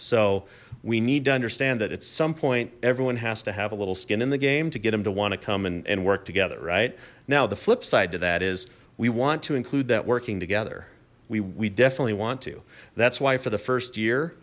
so we need to understand that at some point everyone has to have a little skin in the game to get them to want to come and work together right now the flip side to that is we want to include that working together we we definitely want to that's why for the first year